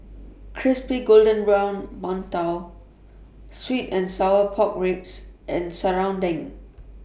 Crispy Golden Brown mantou Sweet and Sour Pork Ribs and Serunding